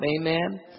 Amen